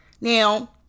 now